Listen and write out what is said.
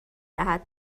دهد